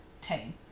team